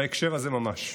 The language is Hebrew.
בהקשר הזה ממש.